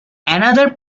another